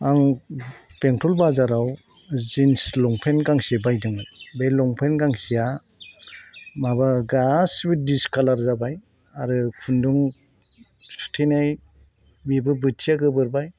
आं बेंथल बाजाराव जिन्स लंपेन्ट गांसे बायदोंमोन बे लंपेन्ट गांसेआ माबा गासिबो डिसकालार जाबाय आरो खुन्दुं सुथेनाय निबो बोथिया गोबोरबाय